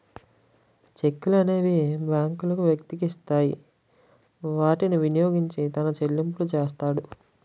చెక్కులనేవి బ్యాంకులు వ్యక్తికి ఇస్తాయి వాటిని వినియోగించి తన చెల్లింపులు చేస్తాడు